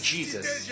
Jesus